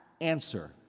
answer